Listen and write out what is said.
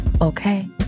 okay